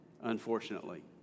unfortunately